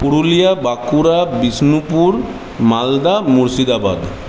Purulia Bankura Bishnupur Malda Murshidabad